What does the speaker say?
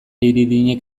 idirinek